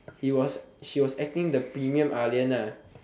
he was she was acting the premium ah lian ah